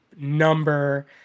number